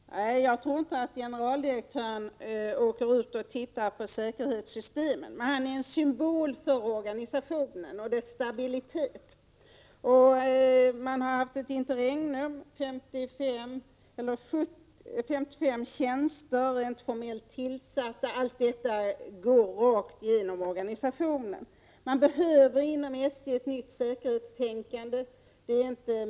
Herr talman! Nej, jag tror inte att generaldirektören åker ut och tittar på säkerhetssystemen, men han är en symbol för organisationen och dess stabilitet. SJ har haft ett interregnum och 55 av 70 tjänster är ännu inte formellt tillsatta. Allt detta går rakt igenom organisationen. Man behöver inom SJ ett nytt säkerhetstänkande.